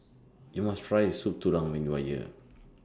YOU must Try Soup Tulang when YOU Are here